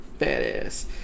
Badass